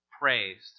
praised